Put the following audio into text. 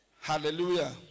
Hallelujah